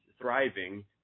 thriving